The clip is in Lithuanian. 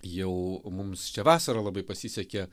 jau mums čia vasarą labai pasisekė